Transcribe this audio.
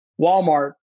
Walmart